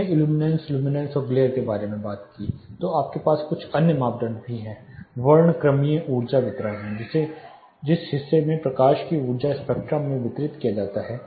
हमने illuminance luminous और glare के बारे में बात की है तो हमारे पास कुछ अन्य मापदंड है वर्णक्रमीय ऊर्जा वितरण है जिस हिस्से में प्रकाश को ऊर्जा स्पेक्ट्रम मैं वितरित किया जाता है